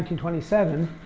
twenty seven,